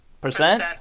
Percent